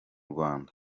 rwanda